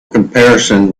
comparison